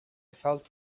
felt